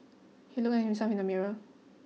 he looked at himself in the mirror